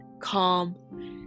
calm